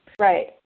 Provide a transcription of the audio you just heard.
right